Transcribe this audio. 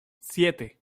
siete